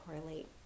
correlate